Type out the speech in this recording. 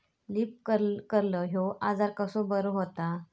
Leaf curl ह्यो आजार कसो बरो व्हता?